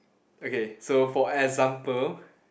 okay so for example